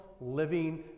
living